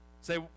Say